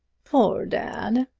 poor dad!